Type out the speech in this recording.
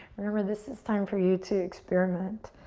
remember, this is time for you to experiment,